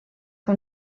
que